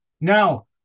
Now